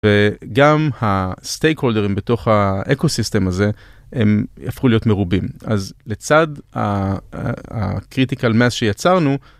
וגם הסטייק הולדרים בתוך האקוסיסטם הזה הם הפכו להיות מרובים אז לצד ה-critical mass שיצרנו.